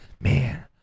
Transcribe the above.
man